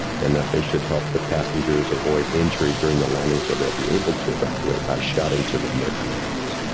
and that they should help the passengers avoid injury during the landing so they'll be able to evacuate by shouting to them their commands.